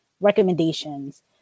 recommendations